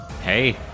Hey